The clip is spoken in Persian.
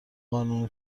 قانون